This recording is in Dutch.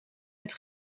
het